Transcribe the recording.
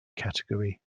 category